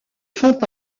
font